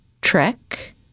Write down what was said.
trek